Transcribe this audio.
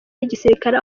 n’igisirikare